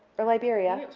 or liberia?